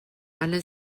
alle